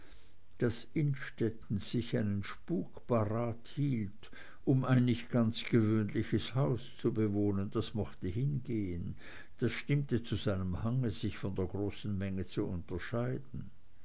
innstetten sich seinen spuk parat hielt um ein nicht ganz gewöhnliches haus zu bewohnen das mochte hingehen das stimmte zu seinem hange sich von der großen menge zu unterscheiden